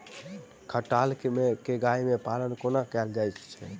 खटाल मे गाय केँ पालन कोना कैल जाय छै?